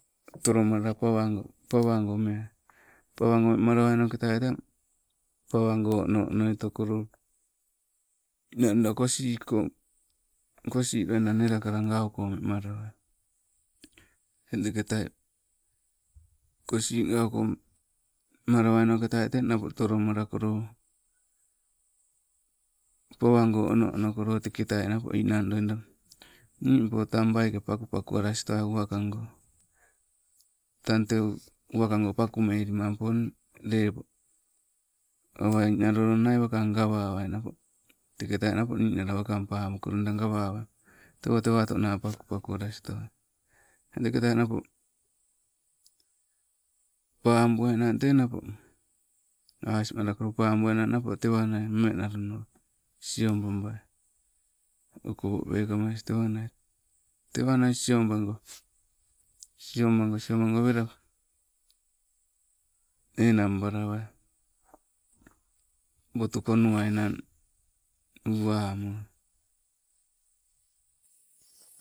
Tolomalala pawango meai, pawangoi wemalawai noketai teng pawango no- no- onotokolo, ninang kosii ko, kosii loida nelakala gauko wemalawai. Teng teketai, kosii gauko wemalawainoketa tolomalakolo pawango ono onokolo niimpo tang waike pakupaku alastowai uwakago, tang tewo uwakago paku melimampo lepo, awa nalo loo nawa gawawai napo teketai ninala wakangawawai pabuko loida guwawai, tewo tewotona pakupaku alastoa. Eng teketai napo, pabuainang, napo tewa nai mmeng nalo nawa siobabai, okopo peekamas tewanai siobago. Siobago, siobago wela enang bulawai, wotu konuwainang uwamoai.